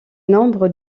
membres